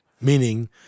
meaning